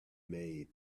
made